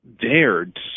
dared